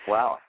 Wow